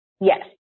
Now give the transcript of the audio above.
Yes